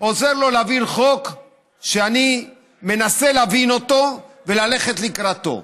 עוזר לו להעביר חוק שאני מנסה להבין אותו וללכת לקראתו?